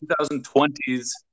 2020's